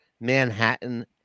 Manhattan